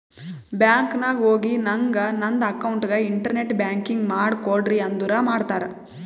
bank ನಾಗ್ ಹೋಗಿ ನಂಗ್ ನಂದ ಅಕೌಂಟ್ಗ ಇಂಟರ್ನೆಟ್ ಬ್ಯಾಂಕಿಂಗ್ ಮಾಡ್ ಕೊಡ್ರಿ ಅಂದುರ್ ಮಾಡ್ತಾರ್